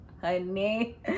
honey